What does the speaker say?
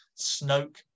Snoke